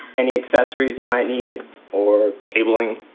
any accessories you might need or cableing.